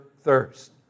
thirst